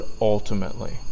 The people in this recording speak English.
ultimately